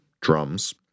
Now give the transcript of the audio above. drums